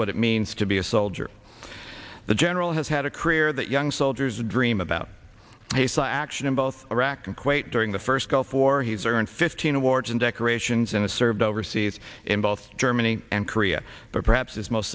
what it means to be a soldier the general has had a career that young soldiers dream about heysel action in both iraq and kuwait during the first gulf war he's earned fifteen awards and decorations and served overseas in both germany and korea but perhaps as most